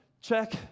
check